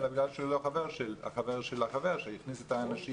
אלא מכיוון שהוא לא החבר של החבר שהכניס את האנשים.